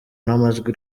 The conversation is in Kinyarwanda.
n’amajwi